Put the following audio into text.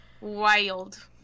Wild